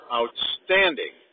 outstanding